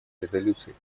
резолюции